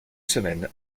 semaine